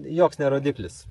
joks ne rodiklis